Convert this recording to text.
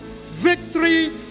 victory